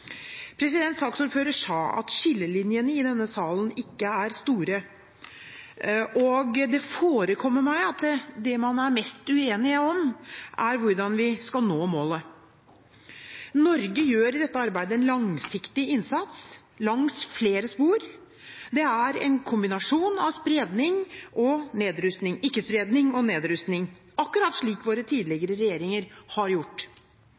sa at skillelinjene i denne salen ikke er store, og det forekommer meg at det man er mest uenig om, er hvordan vi skal nå målet. Norge gjør i dette arbeidet en langsiktig innsats, langs flere spor. Det er en kombinasjon av ikke-spredning og nedrustning – akkurat slik våre tidligere regjeringer har gjort.